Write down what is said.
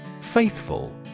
Faithful